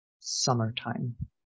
summertime